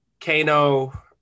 Kano